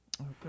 Okay